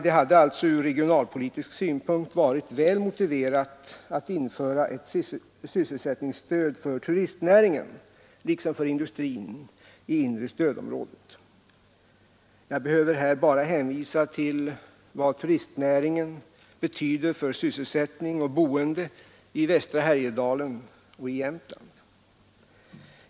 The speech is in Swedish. Det hade alltså ur regionalpolitisk synpunkt varit väl motiverat att införa ett sysselsättningsstöd för turistnäringen liksom för industrin i inre stödområdet. Jag behöver här bara hänvisa till vad turistnäringen betyder för sysselsättning och boende i västra Härjedalen och i Jämtland.